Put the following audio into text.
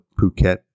Phuket